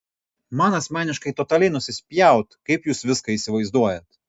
man asmeniškai totaliai nusispjaut kaip jūs viską įsivaizduojat